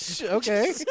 Okay